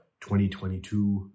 2022